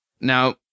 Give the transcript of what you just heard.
Now